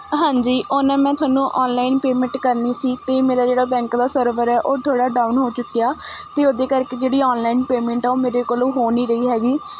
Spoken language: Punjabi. ਹਾਂਜੀ ਉਹ ਨਾ ਮੈਂ ਤੁਹਾਨੂੰ ਔਨਲਾਈਨ ਪੇਮੈਂਟ ਕਰਨੀ ਸੀ ਅਤੇ ਮੇਰਾ ਜਿਹੜਾ ਬੈਂਕ ਦਾ ਸਰਵਰ ਹੈ ਉਹ ਥੋੜ੍ਹਾ ਡਾਊਨ ਹੋ ਚੁੱਕਿਆ ਅਤੇ ਉਹਦੇ ਕਰਕੇ ਜਿਹੜੀ ਔਨਲਾਈਨ ਪੇਮੈਂਟ ਹੈ ਉਹ ਮੇਰੇ ਕੋਲੋਂ ਹੋ ਨਹੀਂ ਰਹੀ ਹੈਗੀ